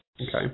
Okay